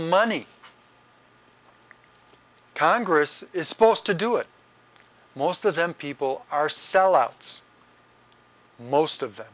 money congress is supposed to do it most of them people are sellouts most of the